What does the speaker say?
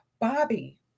Bobby